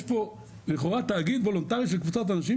יש פה לכאורה תאגיד וולונטרית של קבוצת אנשים